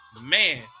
Man